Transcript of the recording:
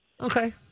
Okay